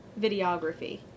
videography